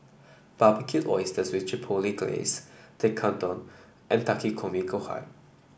Barbecued Oysters with Chipotle Glaze Tekkadon and Takikomi Gohan